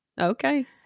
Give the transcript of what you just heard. Okay